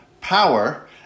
power